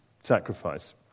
sacrifice